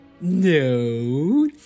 No